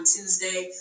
Tuesday